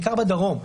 בעיקר בדרום?